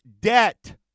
debt